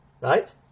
Right